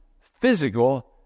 physical